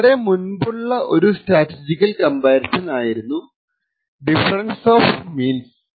വളരെ മുൻപുള്ള ഒരു സ്റ്റാറ്റിസ്റ്റിക്കൽ കംപാരിസൺ ആയിരുന്നു ഡിഫറെൻസ് ഓഫ് മീൻസ്